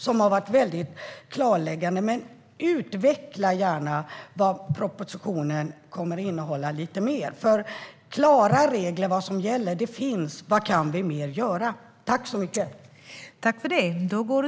Det var klarläggande. Men utveckla gärna lite mer vad propositionen kommer att innehålla. Det finns nämligen tydliga regler för vad som gäller. Vad mer kan vi göra?